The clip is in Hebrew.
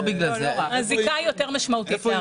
להערכתנו הזיקה או חוסר הזיקה משמעותיים יותר.